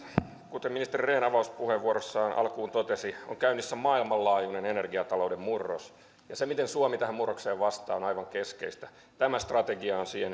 kuten ministeri rehn avauspuheenvuorossaan alkuun totesi on käynnissä maailmanlaajuinen energiatalouden murros ja se miten suomi tähän murrokseen vastaa on aivan keskeistä tämä strategia on siihen